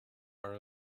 are